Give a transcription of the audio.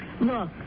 Look